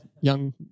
young